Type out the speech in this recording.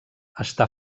està